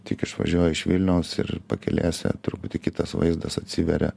tik išvažiuoji iš vilniaus ir pakelėse truputį kitas vaizdas atsiveria